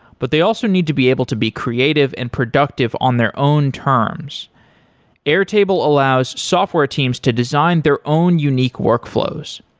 but they also need to be able to be creative and productive on their own terms airtable allows software teams to design their own unique workflows.